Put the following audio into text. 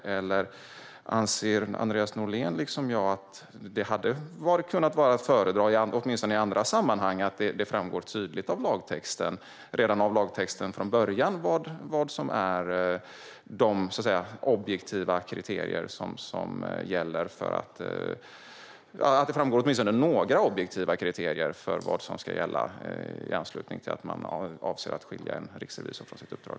Eller anser Andreas Norlén som jag att det hade varit att föredra att det av lagtexten redan från början skulle framgå några objektiva kriterier som ska gälla om man avser att skilja en riksrevisor från sitt uppdrag?